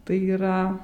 tai yra